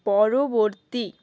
পরবর্তী